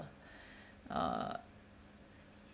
uh